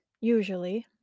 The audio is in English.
usually